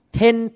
ten